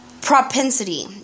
propensity